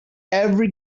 every